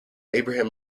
abraham